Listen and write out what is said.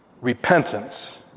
Repentance